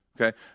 Okay